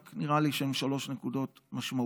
רק נראה לי שהם שלוש נקודות משמעותיות.